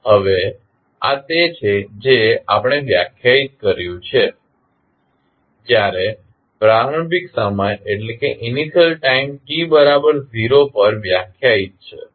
હવે આ તે છે જે આપણે વ્યાખ્યાયિત કર્યું છે જ્યારે પ્રારંભિક સમય t બરાબર 0 પર વ્યાખ્યાયિત છે